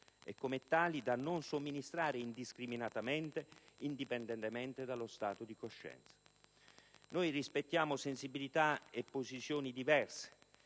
e, come tali, da non somministrare indiscriminatamente e indipendentemente dallo stato di coscienza. Noi rispettiamo sensibilità e posizioni diverse,